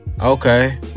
Okay